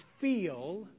feel